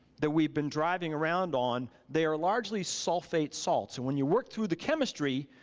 that we've been driving around on, they are largely sulfate salts and when you work through the chemistry,